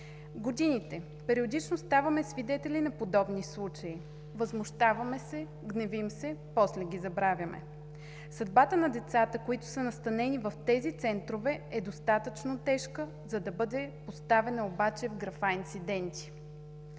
годините периодично ставаме свидетели на подобни случаи. Възмущаваме се, гневим се, после ги забравяме. Съдбата на децата, които са настанени в тези центрове е достатъчно тежка, за да бъде поставена обаче в графа „инциденти“.